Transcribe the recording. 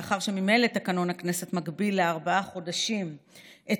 ומאחר שממילא תקנון הכנסת מגביל לארבעה חודשים את